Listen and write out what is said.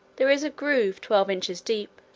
there is a groove twelve inches deep,